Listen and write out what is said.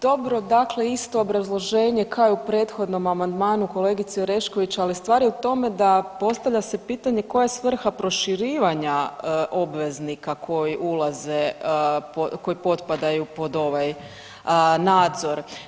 Dobro, dakle isto obrazloženje kao i u prethodnom amandmanu kolegici Orešković, ali stvar je u tome da postavlja se pitanje koja je svrha proširivanja obveznika koji potpadaju pod ovaj nadzor.